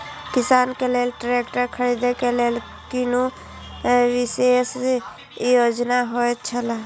किसान के लेल ट्रैक्टर खरीदे के लेल कुनु विशेष योजना होयत छला?